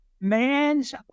Man's